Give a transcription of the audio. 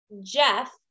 Jeff